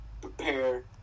prepare